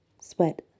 Sweat